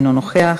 אינו נוכח,